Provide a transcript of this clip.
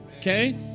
okay